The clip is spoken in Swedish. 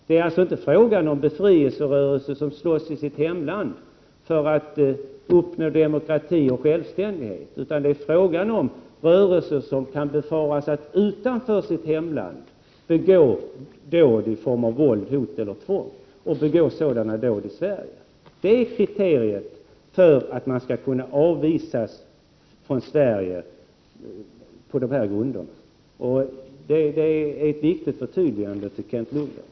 Det är alltså inte fråga om befrielserörelser som slåss i sitt hemland för att uppnå demokrati och självständighet, utan om rörelser som kan befaras begå dåd i form av våld, hot eller tvång utanför sitt hemland och då också i Sverige. Det är kriteriet för att man skall kunna avvisas från Sverige på de här grunderna, och det är ett viktigt förtydligande till Kent Lundgren.